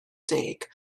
deg